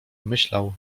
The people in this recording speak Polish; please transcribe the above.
myślał